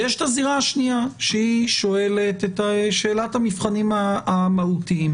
ויש את הזירה השנייה שהיא שואלת את שאלת המבחנים המהותיים.